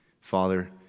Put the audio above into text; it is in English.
Father